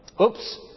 Oops